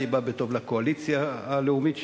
אני בא בטוב לקואליציה הלאומית שלנו,